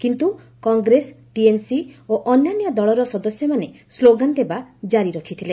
କିନ୍ତୁ କଂଗ୍ରେସ ଟିଏମ୍ସି ଓ ଅନ୍ୟାନ୍ୟ ଦଳର ସଦସ୍ୟମାନେ ସ୍ଲୋଗାନ ଦେବା କାରି ରଖିଥିଲେ